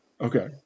Okay